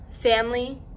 family